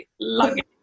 luggage